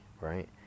right